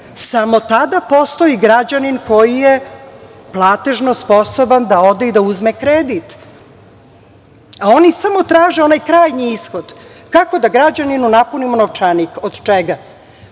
Samo tada postoji građanin koji je platežno sposoban da ode i da uzme kredit, a oni samo traže onaj krajnji ishod, kako da građaninu napunimo novčanik. Od čega?